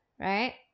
Right